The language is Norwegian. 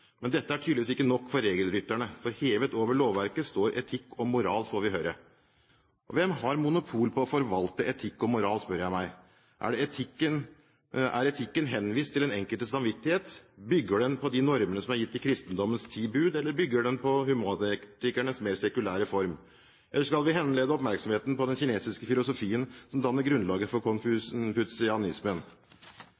Men dette er tydeligvis ikke nok for regelrytterne, for hevet over lovverket står etikk og moral, får vi høre. Hvem har monopol på å forvalte etikk og moral, spør jeg meg. Er etikken henvist til den enkeltes samvittighet? Bygger den på de normer som er gitt i kristendommens ti bud, eller bygger den på humanetikernes mer sekulære form? Eller skal vi henlede oppmerksomheten på den kinesiske filosofien som danner grunnlaget for